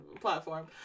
platform